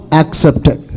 accepted